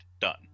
done